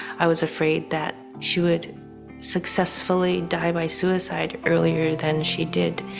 i was afraid that she would successfully die by suicide earlier than she did.